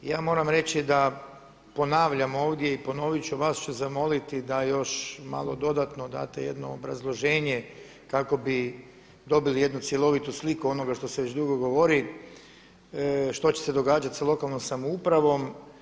Ja moram reći da ponavljam ovdje i ponovit ću, vas ću zamoliti da još malo dodatno date jedno obrazloženje kako bi dobili jednu cjelovitu sliku onoga što se već dugo govori što će se događati sa lokalnom samoupravom.